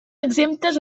exemptes